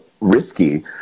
risky